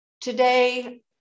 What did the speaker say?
today